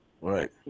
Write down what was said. Right